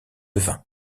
vain